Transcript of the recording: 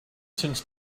since